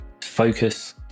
focus